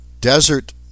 desert